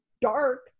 dark